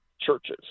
churches